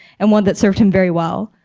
and one that served him very well.